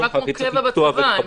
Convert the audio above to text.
תצטרך לקטוע ולחבר.